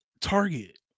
Target